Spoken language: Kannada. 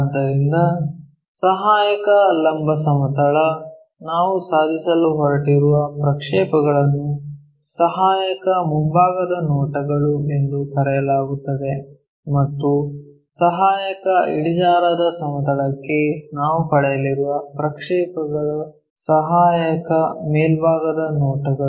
ಆದ್ದರಿಂದ ಸಹಾಯಕ ಲಂಬ ಸಮತಲ ನಾವು ಸಾಧಿಸಲು ಹೊರಟಿರುವ ಪ್ರಕ್ಷೇಪಗಳನ್ನು ಸಹಾಯಕ ಮುಂಭಾಗದ ನೋಟಗಳು ಎಂದು ಕರೆಯಲಾಗುತ್ತದೆ ಮತ್ತು ಸಹಾಯಕ ಇಳಿಜಾರಾದ ಸಮತಲಕ್ಕೆ ನಾವು ಪಡೆಯಲಿರುವ ಪ್ರಕ್ಷೇಪಗಳು ಸಹಾಯಕ ಮೇಲ್ಭಾಗದ ನೋಟಗಳು